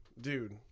dude